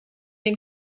den